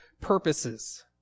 purposes